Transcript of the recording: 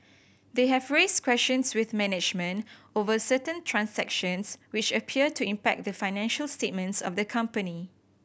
they have raised questions with management over certain transactions which appear to impact the financial statements of the company